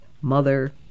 mother